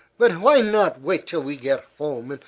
but why not wait till we get home,